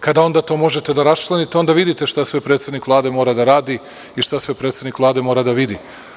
kada onda to možete da raščlanite, onda vidite šta sve predsednik Vlade mora da radi i šta sve predsednik Vlade mora da vidi.